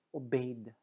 obeyed